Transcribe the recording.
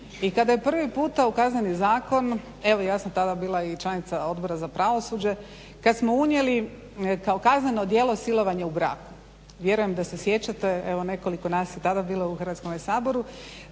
i kada je prvi puta u Kazneni zakon evo ja sam tada bila i članica Odbora za pravosuđe kada smo unijeli kao kazneno djelo silovanje u braku. Vjerujem da se sjećate evo nekoliko nas je i tada bilo u Hrvatskome saboru